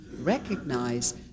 recognize